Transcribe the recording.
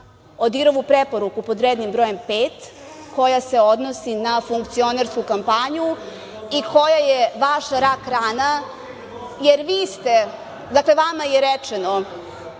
ODIHR-ovu preporuku pod rednim brojem 5, koja se odnosi na funkcionersku kampanju i koja je vaša rak-rana. Vama je rečeno,